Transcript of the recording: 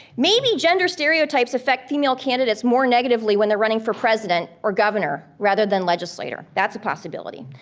maybe gender stereotypes affect female candidates more negatively when they're running for president or governor rather than legislator. that's a possibility.